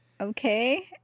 okay